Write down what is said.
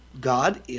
God